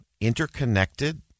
interconnected